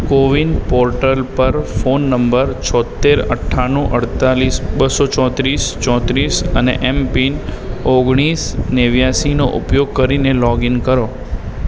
CoWIN portal પર phone number છોંતેર અઠ્ઠાણું અડતાળીસ બસો ચોત્રીસ ચોત્રીસ અને એમ પિન ઓગણીસ નેવ્યાશીનો ઉપયોગ કરીને લૉગ ઇન કરો